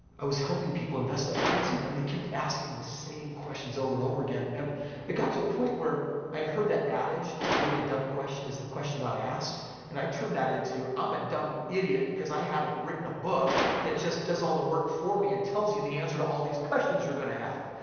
i was helping people invest like crazy and they kept asking the same questions over and over again and it got to a point where i had heard that adage the only dumb question is the question ah i asked and i turned that into, i'm a dumb idiot because i haven't written a book that just does all the work for me and tells you the answer to all these questions you're going to have.